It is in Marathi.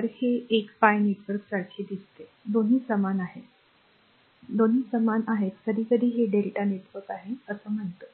तर हे एक pi नेटवर्क सारखे दिसते दोन्ही समान आहेत दोन्ही समान आहेत कधीकधी हे Δ नेटवर्क आहे असं म्हणतो